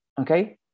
Okay